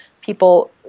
people